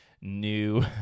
new